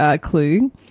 clue